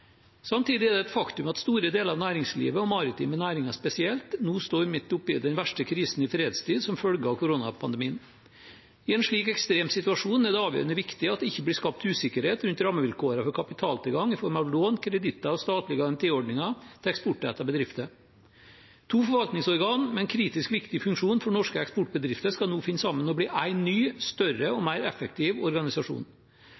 Samtidig er det et faktum at store deler av næringslivet, maritime næringer spesielt, nå står midt oppe i den verste krisen i fredstid som følge av koronapandemien. I en slik ekstrem situasjon er det avgjørende viktig at det ikke blir skapt usikkerhet rundt rammevilkårene for kapitaltilgang i form av lån, kreditter og statlige garantiordninger til eksportrettede bedrifter. To forvaltningsorganer med en kritisk viktig funksjon for norske eksportbedrifter skal nå finne sammen og bli én ny, større og